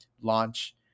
launch